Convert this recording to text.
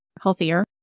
healthier